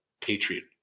patriot